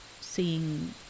seeing